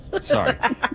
Sorry